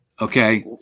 okay